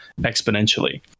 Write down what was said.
exponentially